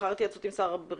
לאחר התייעצות עם שר הבריאות,